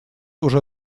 уже